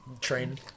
train